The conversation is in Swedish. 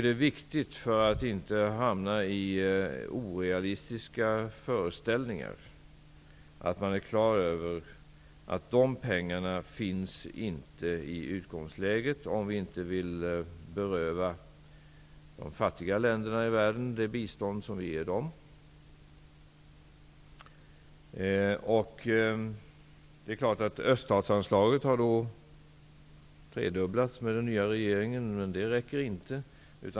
Det är viktigt att man för att inte hamna i orealistiska föreställningar är klar över att dessa pengar inte finns i utgångsläget om vi inte vill beröva de fattiga länderna i världen det bistånd som vi ger dem. Öststatsanslaget har tredubblats under den nya regeringen. Men det räcker inte.